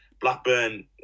Blackburn